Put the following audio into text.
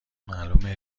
معلومه